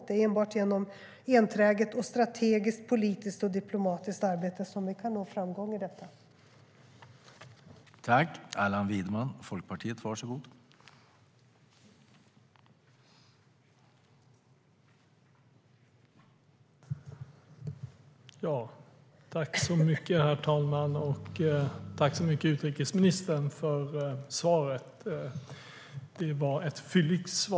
Det är enbart genom enträget och strategiskt, politiskt och diplomatiskt arbete som vi kan nå framgång i detta.